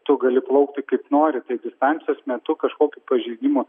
tu gali plaukti kaip nori tai distancijos metu kažkokio pažeidimo